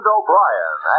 O'Brien